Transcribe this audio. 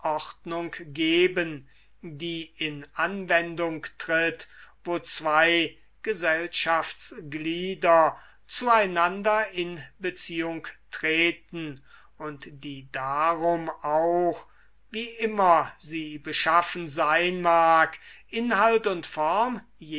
geben die in anwendung tritt wo zwei gesellschaftsglieder zueinander in beziehung treten und die darum auch wie immer sie beschaffen sein mag inhalt und form